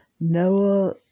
Noah